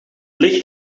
licht